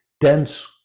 dense